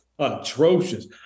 atrocious